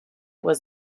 was